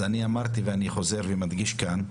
אמרתי, ואני חוזר ומדגיש כאן,